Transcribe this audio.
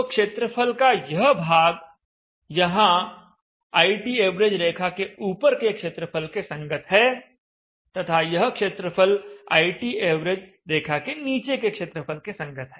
तो क्षेत्रफल का यह भाग यहां ITav रेखा के ऊपर के क्षेत्रफल के संगत है तथा यह क्षेत्रफल ITav रेखा के नीचे के क्षेत्रफल के संगत है